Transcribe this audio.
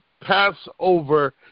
Passover